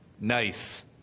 nice